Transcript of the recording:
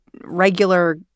regular